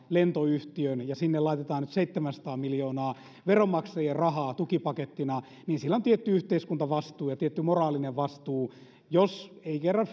lentoyhtiön ja sinne laitetaan nyt seitsemänsataa miljoonaa veronmaksajien rahaa tukipakettina niin sillä on tietty yhteiskuntavastuu ja tietty moraalinen vastuu jos ei kerran